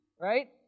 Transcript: Right